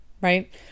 right